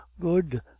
good